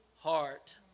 heart